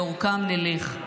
לאורכם נלך.